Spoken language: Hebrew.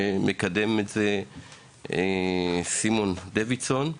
מקדם את זה סימון דוידסון.